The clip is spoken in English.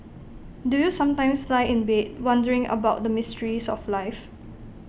do you sometimes lie in bed wondering about the mysteries of life